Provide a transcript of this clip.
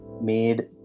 made